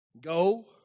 go